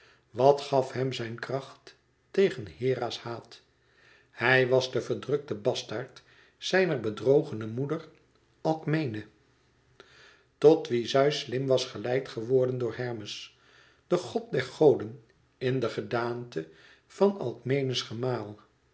wat gaf hem zijn kracht tegen hera's haat hij was de verdrukte bastaard zijner bedrogene moeder alkmene tot wie zeus slim was geleid geworden door hermes de god der goden in de gedaante van